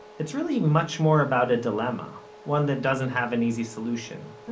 it's really much more about a dilemma. one that doesn't have an easy solution.